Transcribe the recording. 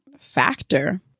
factor